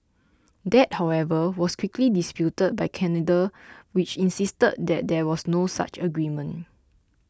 that however was quickly disputed by Canada which insisted that there was no such agreement